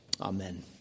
Amen